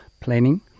planning